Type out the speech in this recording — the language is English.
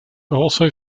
also